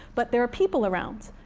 but there are people around.